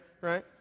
right